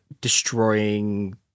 destroying